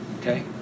okay